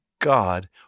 God